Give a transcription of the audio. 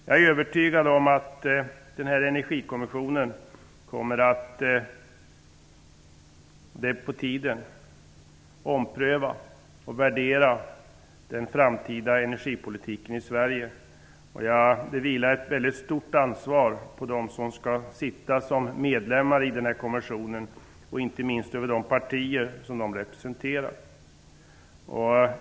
Jag är övertygad om att den här energikommissionen kommer att ompröva och omvärdera den framtida energipolitiken i Sverige, och det är på tiden. Det vilar ett stort ansvar på dem som skall sitta som medlemmar i den här kommissionen, inte minst på de partier som de representerar.